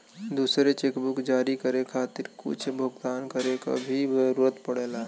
दूसर चेकबुक जारी करे खातिर कुछ भुगतान करे क भी जरुरत पड़ेला